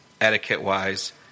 etiquette-wise